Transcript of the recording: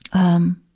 um,